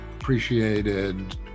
appreciated